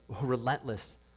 relentless